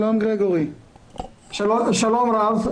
שלום רב.